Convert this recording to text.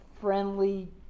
friendly